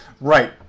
Right